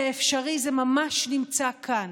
זה אפשרי, זה ממש נמצא כאן.